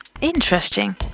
Interesting